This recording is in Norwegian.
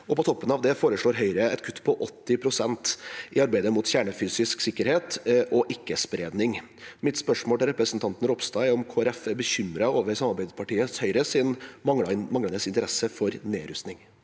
På toppen av det foreslår Høyre et kutt på 80 pst. i arbeidet med kjernefysisk sikkerhet og ikke-spredning. Mitt spørsmål til representanten Ropstad er om Kristelig Folkeparti er bekymret over samarbeidspartiet Høyres manglende interesse for nedrustning.